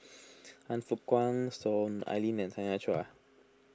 Han Fook Kwang Soon Ai Ling and Tanya Chua